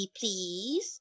please